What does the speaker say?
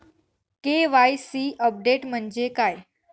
KYC update म्हणजे काय?